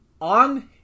on